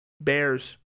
Bears